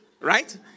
right